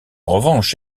revanche